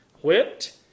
Whipped